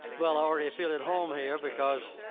well, already i feel at home here, because